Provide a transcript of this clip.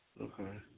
Okay